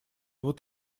вот